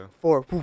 four